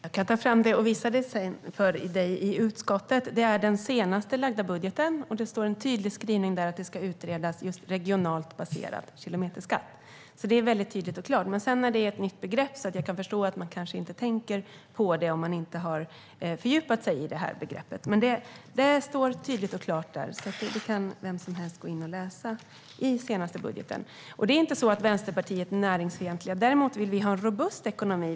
Fru talman! Jag kan ta fram det och visa det för dig sedan i utskottet. Det är i den senast framlagda budgeten. Det står en tydlig skrivning om att regionalt baserad kilometerskatt ska utredas. Det är väldigt tydligt och klart. Sedan är det ett nytt begrepp. Jag kan förstå att man kanske inte tänker på det om man inte har fördjupat sig i begreppet. Men det står tydligt och klart. Det kan vem som helst gå in och läsa i senaste budgeten. Det är inte så att Vänsterpartiet är näringsfientligt. Däremot vill vi ha en robust ekonomi.